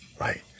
right